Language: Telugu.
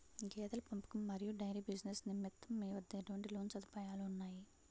గేదెల పెంపకం మరియు డైరీ బిజినెస్ నిమిత్తం మీ వద్ద ఎటువంటి లోన్ సదుపాయాలు ఉన్నాయి?